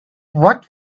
what